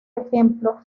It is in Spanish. ejemplo